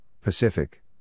Pacific